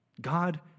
God